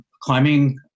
climbing